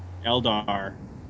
Eldar